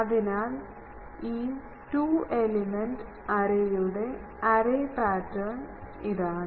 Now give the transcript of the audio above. അതിനാൽ ഈ two element എറേയുടെ എറേ പാറ്റേൺ ഇതാണ്